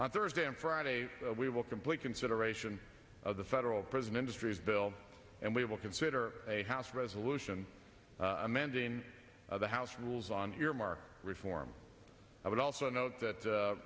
on thursday and friday we will complete consideration of the federal prison industries bill and we will consider a house resolution amending of the house rules on here mark reform i would also note that